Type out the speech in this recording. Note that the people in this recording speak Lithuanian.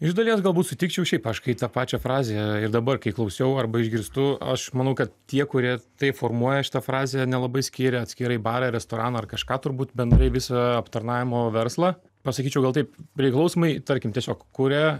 iš dalies galbūt sutikčiau šiaip aš kai tą pačią frazę ir dabar kai klausiau arba išgirstu aš manau kad tie kurie taip formuoja šitą frazę nelabai skiria atskirai barą restoraną ar kažką turbūt bendrai visą aptarnavimo verslą pasakyčiau gal taip priklausomai tarkim tiesiog kuria